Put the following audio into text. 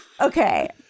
Okay